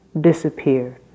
disappeared